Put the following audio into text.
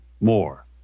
more